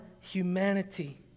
humanity